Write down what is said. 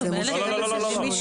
תמי, הסעיף בחוק